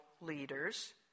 leaders